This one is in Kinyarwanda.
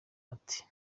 ati